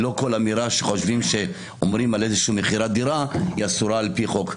לא כל אמירה שחושבים שאומרים על מכירת דירה היא אסורה על פי חוק,